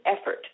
effort